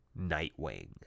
Nightwing